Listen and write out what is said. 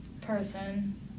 person